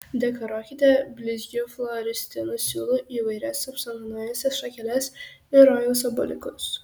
dekoruokite blizgiu floristiniu siūlu įvairias apsamanojusias šakeles ir rojaus obuoliukus